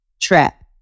trap